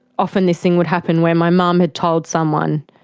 often this thing would happen where my mum had told someone,